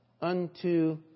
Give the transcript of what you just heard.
unto